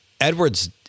Edwards